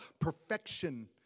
Perfection